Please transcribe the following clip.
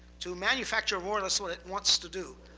to manufacture more or less what it wants to do,